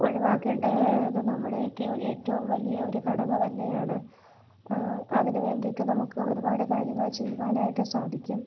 ഒഴിവാക്കേണ്ടത് നമ്മുടെയൊക്കെ ഏറ്റവും വലിയ ഒരു കടമ തന്നെയാണ് അതിനുവേണ്ടിയിട്ട് നമുക്ക് ഒരുപാട് കാര്യങ്ങൾ ചെയ്യുവാനായിട്ട് സാധിക്കും